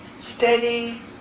steady